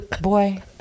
boy